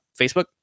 Facebook